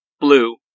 blue